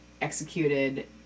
executed